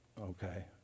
okay